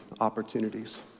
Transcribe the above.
opportunities